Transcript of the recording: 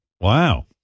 Wow